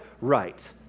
right